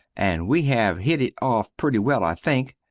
and we have hit it off pretty well i think,